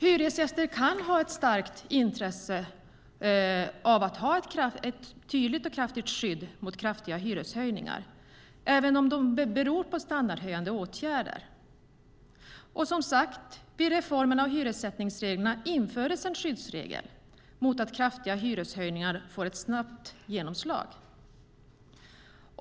Hyresgäster kan ha ett starkt intresse av att ha ett tydligt skydd mot kraftiga hyreshöjningar, även om de beror på standardhöjande åtgärder. Vid reformen av hyressättningsreglerna infördes en skyddsregel mot att kraftiga hyreshöjningar får ett snabbt genomslag.